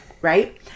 Right